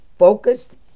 Focused